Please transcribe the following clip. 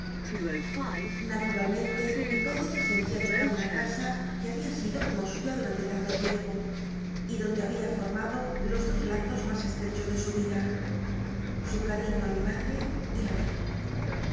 nattwalmentc que peggoty sentía dejat una casa que babia sido como suya durante tanto tiempo y donde había formado los dos lazos mas estrechos de su vida su eal'iño i mi madre y á mí